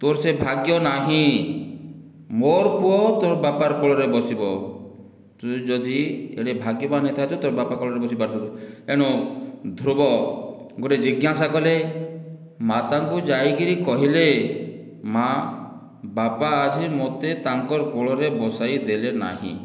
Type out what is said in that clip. ତୋ'ର ସେ ଭାଗ୍ୟ ନାହିଁ ମୋ'ର ପୁଅ ତୋ'ର ବାପାର୍ କୋଳରେ ବସିବ ତୁ ଯଦି ଏଡ଼େ ଭାଗ୍ୟବାନ ହେଇଥାନ୍ତୁ ତୋ'ର ବାପା କୋଳରେ ବସିପାରିଥାନ୍ତୁ ଏଣୁ ଧ୍ରୁବ ଗୋଟେ ଜିଜ୍ଞାସା କଲେ ମାତାଙ୍କୁ ଯାଇକରି କହିଲେ ମା' ବାପା ଆଜି ମୋତେ ତାଙ୍କର କୋଳରେ ବସାଇଦେଲେ ନାହିଁ